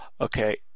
okay